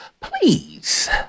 please